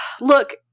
Look